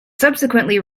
subsequently